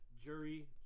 Jury